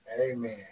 Amen